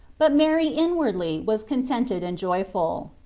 but mary inwardly was contented and joyful.